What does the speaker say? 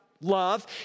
Love